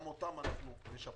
גם אותם אנחנו משפרים.